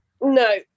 No